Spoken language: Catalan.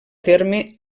terme